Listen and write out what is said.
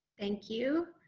thank you.